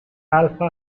alpha